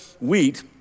wheat